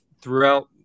throughout